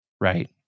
right